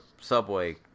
subway